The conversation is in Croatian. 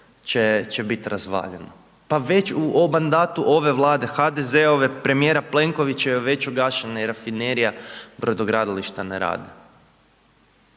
će biti razvaljeno. Pa već u mandatu ove vlade, HDZ-ove, premjera Plenkovićeve, već je objašnjenja i rafinerija, brodogradilišta ne rade.